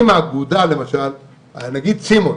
אם האגודה למשל, נגיד סימון,